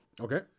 Okay